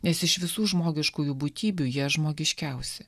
nes iš visų žmogiškųjų būtybių jie žmogiškiausi